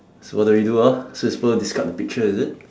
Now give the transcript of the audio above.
so what do we do ah so we're supposed to discuss the picture is it